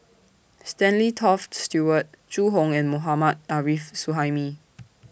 Stanley Toft Stewart Zhu Hong and Mohammad Arif Suhaimi